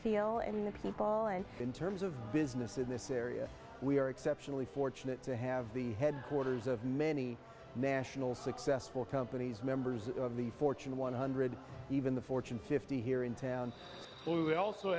feel and the people and in terms of business in this area we are exceptionally fortunate to have the headquarters of many national successful companies members of the fortune one hundred even the fortune fifty here in town only they also